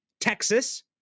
Texas